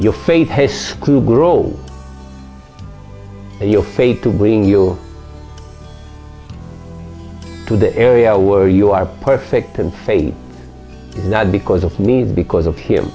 your faith has to grow your faith to bring you to the area where you are perfect and faith not because of me because of him